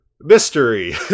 mystery